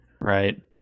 Right